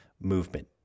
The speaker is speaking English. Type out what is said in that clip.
movement